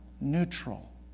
neutral